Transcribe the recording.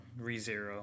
ReZero